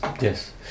Yes